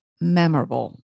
memorable